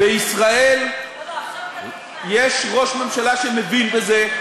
בישראל יש ראש ממשלה שמבין בזה.